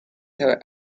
have